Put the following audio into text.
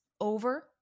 over